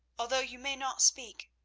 although you may not speak,